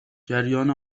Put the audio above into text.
جریان